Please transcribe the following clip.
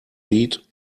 lead